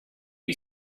you